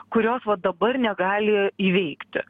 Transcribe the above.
kurios va dabar negali įveikti